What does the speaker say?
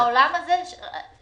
העולם הזה --- הבנתי.